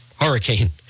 hurricane